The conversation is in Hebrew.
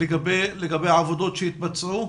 לגבי עבודות שהתבצעו?